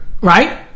right